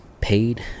paid